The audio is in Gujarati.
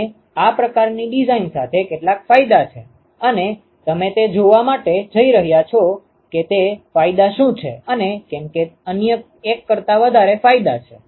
અને આ પ્રકારની ડિઝાઇન સાથે કેટલાક ફાયદા છે અને અમે તે જોવા માટે જઈ રહ્યા છીએ કે તે ફાયદા શું છે અને કેમ તે અન્ય એક કરતા વધારે ફાયદા છે